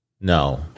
No